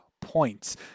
points